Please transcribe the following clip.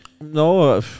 no